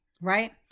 right